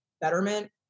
Betterment